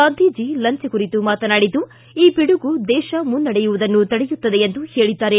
ಗಾಂಧೀಜಿ ಲಂಜ ಕುರಿತು ಮಾತನಾಡಿದ್ದು ಈ ಪಿಡುಗು ದೇಶ ಮುನ್ನಡೆಯುವುದನ್ನು ತಡೆಯುತ್ತದೆ ಎಂದು ಹೇಳಿದ್ದಾರೆ